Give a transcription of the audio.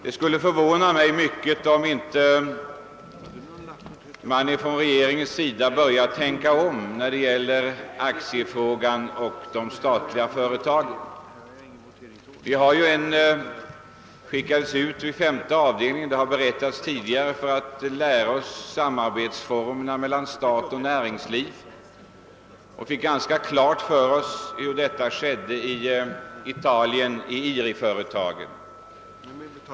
Det skulle förvåna mig mycket, om inte regeringen nu börjar tänka om när det gäller de statliga företagens aktier. Ledamöterna av statsutskottets femte avdelning har, såsom tidigare redovisats, gjort en resa för att skaffa sig bättre kunskaper om samarbetsformer mellan stat och näringsliv. Vi fick ganska väl klart för oss hur detta samarbete tillgick i de italienska IRI-företagen.